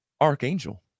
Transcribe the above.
Archangel